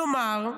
כלומר,